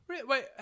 Wait